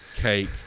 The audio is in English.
cake